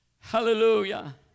hallelujah